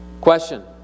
question